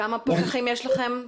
כמה פקחים יש לכם?